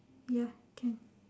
ya can